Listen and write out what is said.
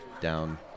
down